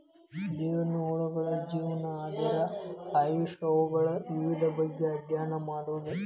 ಜೇನುನೊಣಗಳ ಜೇವನಾ, ಅದರ ಆಯುಷ್ಯಾ, ಅವುಗಳ ವಿಧದ ಬಗ್ಗೆ ಅದ್ಯಯನ ಮಾಡುದು